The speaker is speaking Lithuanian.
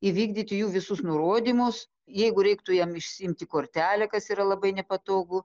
įvykdyti jų visus nurodymus jeigu reiktų jam išsiimti kortelę kas yra labai nepatogu